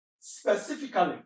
Specifically